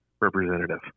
representative